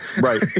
Right